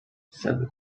seven